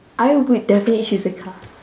I would definitely choose a car